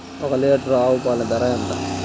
ఒక్క లీటర్ ఆవు పాల ధర ఎంత?